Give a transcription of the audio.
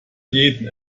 jeden